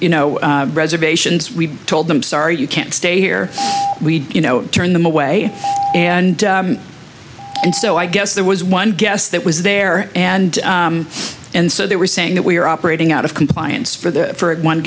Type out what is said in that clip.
you know reservations we told them sorry you can't stay here we you know turn them away and and so i guess there was one guest that was there and and so they were saying that we are operating out of compliance for the first one